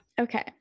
okay